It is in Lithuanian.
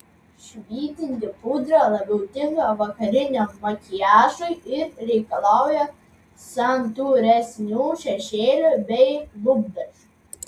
švytinti pudra labiau tinka vakariniam makiažui ir reikalauja santūresnių šešėlių bei lūpdažių